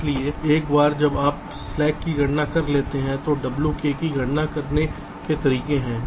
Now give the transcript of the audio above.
इसलिए एक बार जब आप स्लैक की गणना कर लेते हैं तो wk की गणना करने के तरीके हैं